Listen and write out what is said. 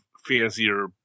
fancier